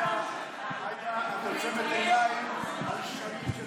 הממשלה שרת החינוך יפעת שאשא ביטון.